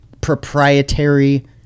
proprietary